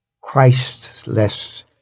Christless